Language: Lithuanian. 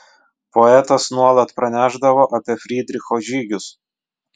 poetas nuolat pranešdavo apie frydricho žygius